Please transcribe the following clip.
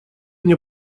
мне